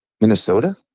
Minnesota